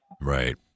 Right